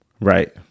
Right